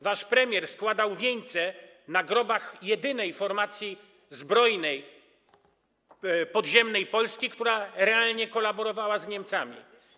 Wasz premier składał wieńce na grobach jedynej formacji zbrojnej podziemnej Polski, która realnie kolaborowała z Niemcami.